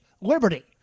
liberty